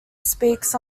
speaks